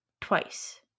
twice